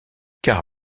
car